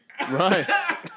right